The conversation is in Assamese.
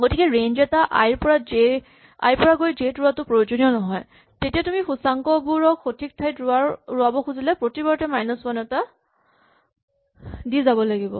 গতিকে ৰেঞ্জ এটা আই ৰ পৰা গৈ জে ত ৰোৱাটো প্ৰয়োজনীয় নহয় তেতিয়া তুমি সূচাংকবোৰক সঠিক ঠাইত ৰোৱাব খুজিলে প্ৰতিবাৰতে মাইনাচ ৱান এটা দি যাব লাগিব